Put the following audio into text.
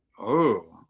oh,